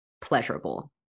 pleasurable